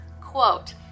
quote